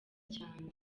cyane